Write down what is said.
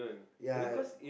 ya